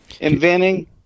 inventing